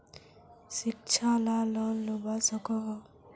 शिक्षा ला लोन लुबा सकोहो?